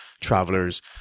travelers